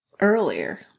earlier